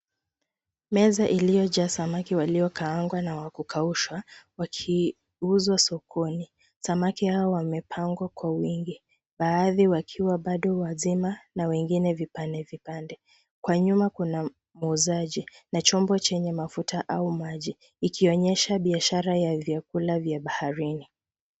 Meza iliyojaa samaki waliokaangwa na wa kukaushwa, wakiuzwa sokoni. Samaki hao wamepangwa kwa wingi ,baadhi wakiwa bado wazima na wengine vipande vipande. Kwa nyuma kuna muuzaji na chombo chenye mafuta au maji, ikionyesha biashara ya vyakula vya baharini.